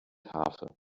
harfe